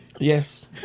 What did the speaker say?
Yes